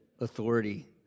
authority